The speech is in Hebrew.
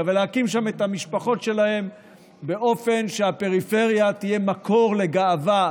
ולהקים שם את המשפחות שלהם באופן שהפריפריה תהיה מקור לגאווה.